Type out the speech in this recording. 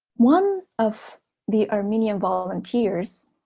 one of the armenian volunteers